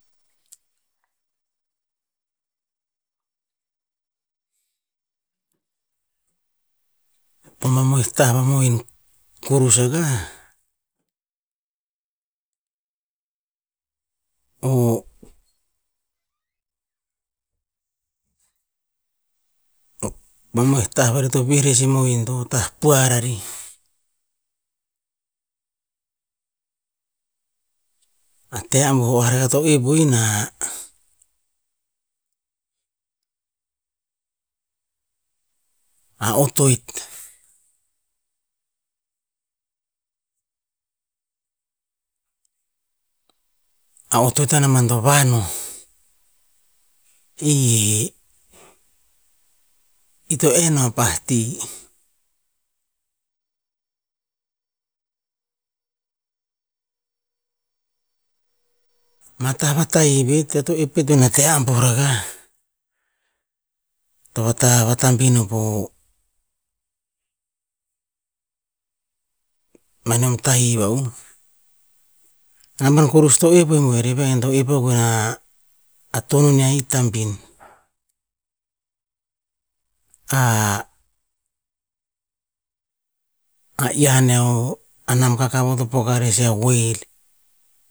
mamoih tah va mohin kurus akah, o o mamoih tah to vih rer si mohin o tah puar arih. A teh am buar ah eo to epi nah, a otoet- a otoet anamban to van o. I eh, ih to enn o pah ti. Ama tah va tahi vei pet eo to epina teh ambuh rakah, to vata vatabin o po o manium tahi va'uh. Anamban kurus to ep i buer iveh gen eo to epina a tonunia i tambin. A- a iyan o anamba kakavoh to poka rer sia whale,